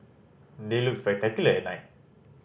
they look spectacular at night